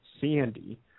Sandy